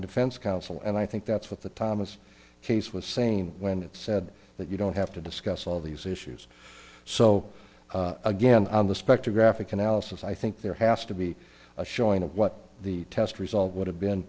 defense counsel and i think that's what the thomas case was same when it said that you don't have to discuss all these issues so again on the spectrographic analysis i think there has to be a showing of what the test result would have been